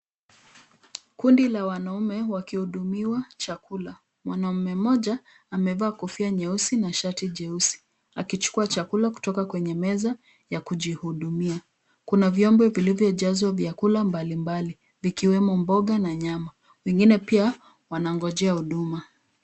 Kundi la wanaume wakihudumiwa chakula. Mwamamme mmoja amevaa kofia nyeusi na shati jeusi akichukua chakula kutoka kwenye meza ya kujihudunia. Kuna vyombo vilivyojazwa vyakula mbali mbali vikiwemo mboga na nyama. Wengine pia wanangojea huduma.